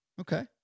Okay